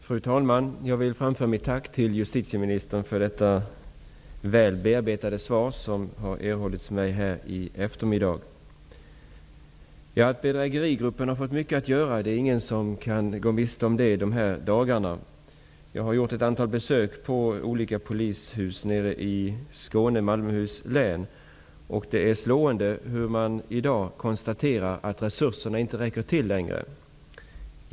Fru talman! Jag vill framföra mitt tack till justitieministern för det välbearbetade svar som jag i eftermiddag har erhållit. Det kan i dessa dagar inte ha undgått någon att bedrägerigruppen har fått mycket att göra. Jag har gjort ett antal besök på olika polishus i Malmöhus län nere i Skåne. Det är slående hur man i dag konstaterar att resurserna inte längre räcker till.